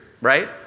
right